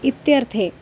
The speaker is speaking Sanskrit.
इत्यर्थे